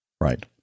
Right